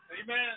Amen